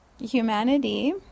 humanity